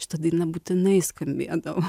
šita daina būtinai skambėdavo